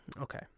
Okay